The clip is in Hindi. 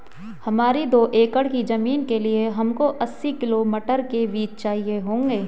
हमारी दो एकड़ की जमीन के लिए हमको अस्सी किलो मटर के बीज चाहिए होंगे